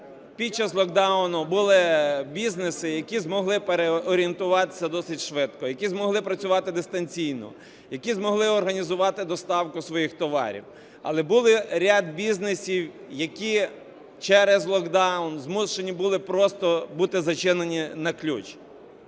під час локдауну були бізнеси, які змогли переорієнтуватися досить швидко, які змогли працювати дистанційно, які змогли організувати доставку своїх товарів. Але були ряд бізнесів, які через локдаун змушені були просто бути зачинені на ключ.